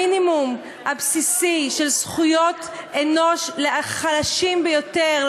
המינימום הבסיסי של זכויות אנוש לחלשים ביותר,